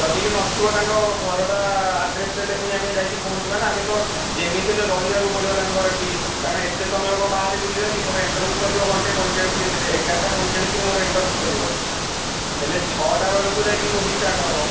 ଯଦି ବି ନଥିବ ତାଙ୍କ ଘରଟା ଆଡ଼୍ରେସ୍ ଦେଲେ ପୁଣି ଆମେ ଯାଇକି ପହଞ୍ଚିବା ନା ଆମେ ତ ଯେମିତି ହେଲେ ରହିବାକୁ ପଡ଼ିବ ତାଙ୍କ ଘରଠି କାରଣ ଏତେ ସମୟ କ'ଣ ବାହାରେ ବୁଲିବା କି ମୋର ଇଣ୍ଟର୍ଭ୍ୟୁ ସରିବ ଘଣ୍ଟେ ପଇଁଚାଳିଶ ମିନିଟ୍ରେ ଏଗାରଟା ପଇଁଚାଳିଶରେ ଇଣ୍ଟର୍ଭ୍ୟୁ ସରିବ ହେଲେ ଛଅଟା ବେଳକୁ ଯାଇକି ମୁଭି ଷ୍ଟାର୍ଟ୍ ହେବ